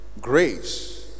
grace